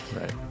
Right